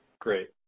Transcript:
Great